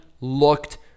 looked